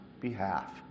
behalf